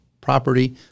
property